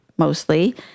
mostly